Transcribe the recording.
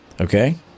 Okay